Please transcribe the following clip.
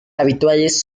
habituales